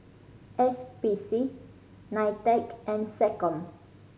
S P C NITEC and SecCom